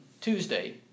Tuesday